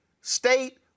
state